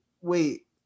wait